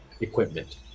equipment